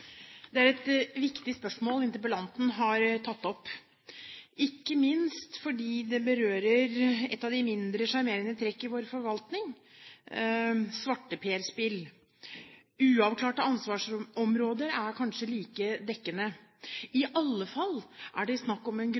Det er et viktig spørsmål interpellanten har tatt opp, ikke minst fordi det berører et av de mindre sjarmerende trekk i vår forvaltning – svarteperspill – uavklarte ansvarsområder er kanskje like dekkende. I alle fall er det snakk om en